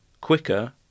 quicker